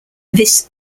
this